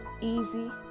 easy